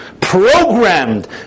programmed